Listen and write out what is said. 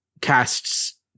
casts